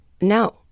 no